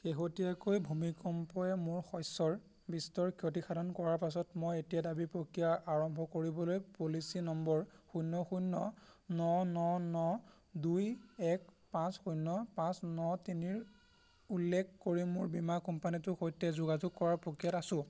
শেহতীয়াকৈ ভূমিকম্পয়ে মোৰ শস্যৰ বিস্তৰ ক্ষতি সাধন কৰাৰ পাছত মই এতিয়া দাবী প্ৰক্ৰিয়া আৰম্ভ কৰিবলৈ পলিচী নম্বৰ শূন্য শূন্য ন ন ন দুই এক পাঁচ শূন্য পাঁচ ন তিনিৰ উল্লেখ কৰি মোৰ বীমা কোম্পানীটোৰ সৈতে যোগাযোগ কৰাৰ প্ৰক্ৰিয়াত আছোঁ